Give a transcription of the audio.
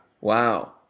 Wow